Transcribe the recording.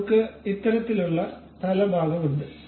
അതിനാൽ നമ്മുക്ക് ഇത്തരത്തിലുള്ള തല ഭാഗം ഉണ്ട്